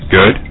Good